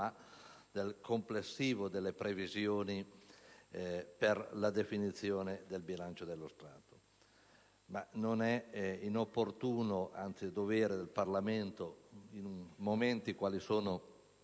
ma del complesso delle previsioni per la definizione del bilancio dello Stato. Non è inopportuno - anzi è dovere del Parlamento - in momenti come